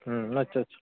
হুম আচ্ছা আচ্ছা